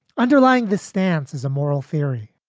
underlying this stance is a moral theory,